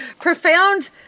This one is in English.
Profound